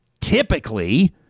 typically